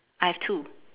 I've two